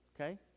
Okay